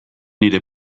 nire